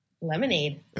Lemonade